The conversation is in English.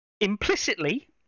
implicitly